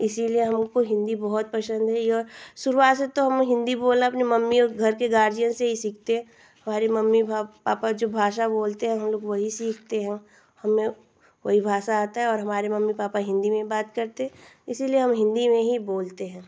इसीलिए हमको हिन्दी बहुत पसन्द है और शुरुआत से तो हम हिन्दी बोलना अपनी मम्मी और घर के गार्ज़ियन से ही सीखते हैं हमारे मम्मी पापा जो भाषा बोलते हैं हमलोग वही सीखते हैं हमें वही भाषा आती है और हमारे मम्मी पापा हिन्दी में बात करते हैं इसीलिए हम हिन्दी में ही बोलते हैं